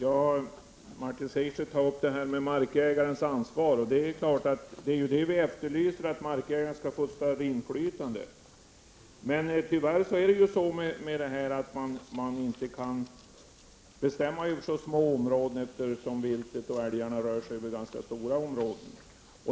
Herr talman! Martin Segerstedt talade om markägarnas ansvar. Vad vi vill är att markägarna skall få ett större inflytande. Men tyvärr är det så att man inte kan påverka detta inom sina små områden, eftersom älgarna och viltet i Övrigt rör sig över ganska stora områden.